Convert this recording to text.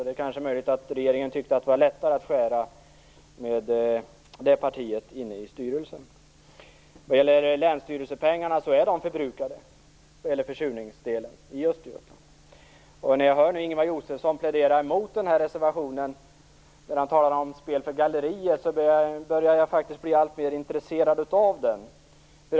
Det är möjligt att regeringen tyckte att det skulle bli lättare att skära ned med det partiet representerat i styrelsen. Den del av länsstyrelsepengarna som gäller försurningen i Östergötland är förbrukade. När jag hör Ingemar Josefsson plädera mot reservationen och tala om spel för galleriet börjar jag faktiskt bli alltmer intresserad av den.